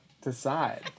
decide